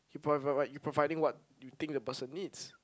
but but but you providing what you think the person needs